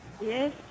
Yes